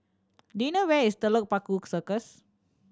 do you know where is Telok Paku Circus